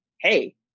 Hey